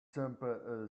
jumper